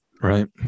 Right